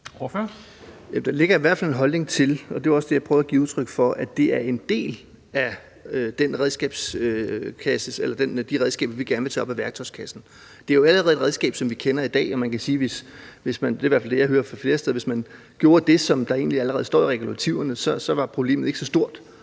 hvert fald en holdning til – og det var også det, der prøvede at give udtryk for – at det er en del af de redskaber, vi gerne vil tage op af værktøjskassen. Det er jo allerede et redskab, som vi kender i dag, og man kan sige – det er i hvert fald det, jeg hører flere steder fra